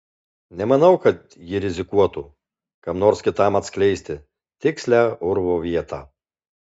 nemanau kad ji rizikuotų kam nors kitam atskleisti tikslią urvo vietą